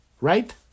Right